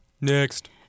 Next